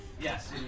Yes